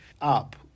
up